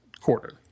quarter